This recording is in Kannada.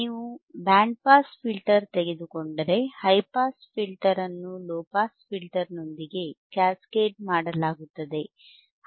ನೀವು ಬ್ಯಾಂಡ್ ಪಾಸ್ ಫಿಲ್ಟರ್ ತೆಗೆದುಕೊಂಡರೆ ಹೈ ಪಾಸ್ ಫಿಲ್ಟರ್ ಅನ್ನು ಲೊ ಪಾಸ್ ಫಿಲ್ಟರ್ನೊಂದಿಗೆ ಕ್ಯಾಸ್ಕೇಡ್ ಮಾಡಲಾಗುತ್ತದೆ